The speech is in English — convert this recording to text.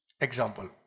Example